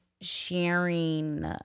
sharing